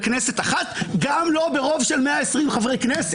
בכנסת אחת, גם לא ברוב של 120 חברי כנסת.